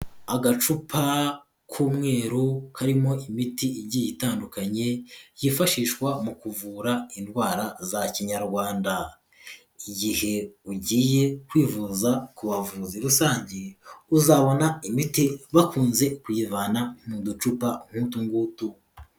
Agacupa k'umweru karimo imiti igiye itandukanye, yifashishwa mu kuvura indwara za kinyarwanda, igihe ugiye kwivuza ku bavuzi rusange uzabona imiti bakunze kuyivana mu ducupa nk'utu ngutu.